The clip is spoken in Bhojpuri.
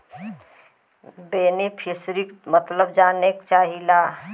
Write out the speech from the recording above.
बेनिफिसरीक मतलब जाने चाहीला?